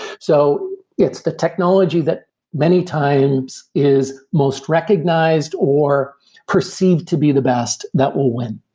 so it's the technology that many times is most recognized or perceived to be the best that will win.